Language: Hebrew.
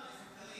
חבר הכנסת קריב,